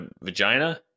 vagina